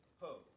ho